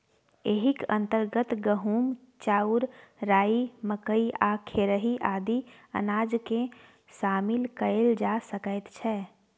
एहिक अंतर्गत गहूम, चाउर, राई, मकई आ खेरही आदि अनाजकेँ शामिल कएल जा सकैत छै